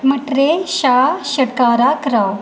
मटरें शा छटकारा कराओ